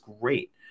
great